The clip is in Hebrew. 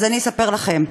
אז אספר לכם: